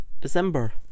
December